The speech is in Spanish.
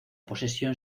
posesión